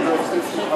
רגע, זה גם